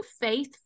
faith